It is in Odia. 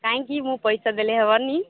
କାହିଁକି ମୁଁ ପଇସା ଦେଲେ ହେବନି